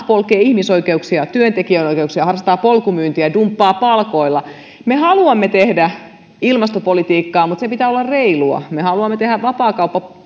polkevat ihmisoikeuksia työntekijän oikeuksia harrastavat polkumyyntiä dumppaavat palkoilla me haluamme tehdä ilmastopolitiikkaa mutta sen pitää olla reilua me haluamme tehdä vapaakauppaa